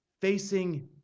facing